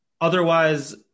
Otherwise